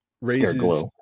raises